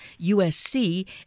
USC